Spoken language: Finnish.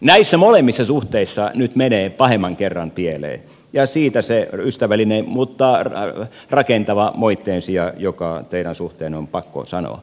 näissä molemmissa suhteissa nyt menee pahemman kerran pieleen ja siitä se ystävällinen mutta rakentava moitteen sija joka teidän suhteen on pakko sanoa